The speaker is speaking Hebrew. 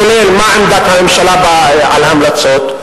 כולל מה עמדת הממשלה על ההמלצות,